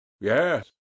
yes